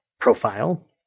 profile